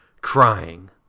crying